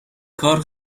کار